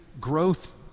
growth